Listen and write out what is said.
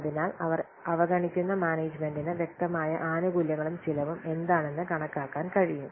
അതിനാൽ അവർ അവഗണിക്കുന്ന മാനേജ്മെന്റിന് വ്യക്തമായ ആനുകൂല്യങ്ങളും ചെലവും എന്താണെന്ന് കണക്കാക്കാൻ കഴിയും